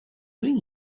doing